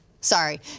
sorry